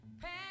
past